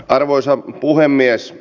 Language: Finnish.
arvoisa puhemies